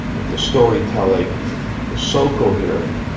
that the storytelling was so coherent,